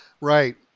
Right